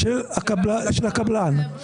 -- של הקבלן.